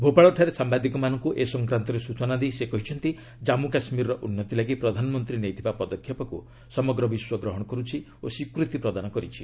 ଭୋପାଳଠାରେ ସାମ୍ଭାଦିକମାନଙ୍କୁ ଏ ସଂକ୍ରାନ୍ତରେ ସୂଚନା ଦେଇ ସେ କହିଛନ୍ତି ଜାଞ୍ଗୁ କାଶ୍କୀରର ଉନ୍ନତି ଲାଗି ପ୍ରଧାନମନ୍ତ୍ରୀ ନେଇଥିବା ପଦକ୍ଷେପକ୍ ସମଗ୍ର ବିଶ୍ୱ ଗ୍ରହଣ କରୁଛି ଓ ସ୍ୱୀକୃତି ପ୍ରଦାନ କରିଛି